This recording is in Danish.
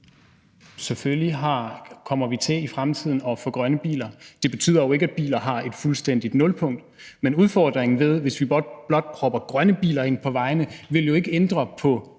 Selvfølgelig kommer vi i fremtiden til at få grønne biler, men det betyder jo ikke, at biler går fuldstændig i nul. Men udfordringen er, at hvis vi blot propper grønne biler ind på vejene, vil det jo ikke ændre på